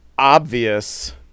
Obvious